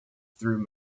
through